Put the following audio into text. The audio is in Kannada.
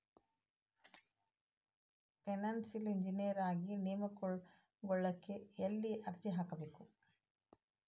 ಫೈನಾನ್ಸಿಯಲ್ ಇಂಜಿನಿಯರ ಆಗಿ ನೇಮಕಗೊಳ್ಳಿಕ್ಕೆ ಯೆಲ್ಲಿ ಅರ್ಜಿಹಾಕ್ಬೇಕು?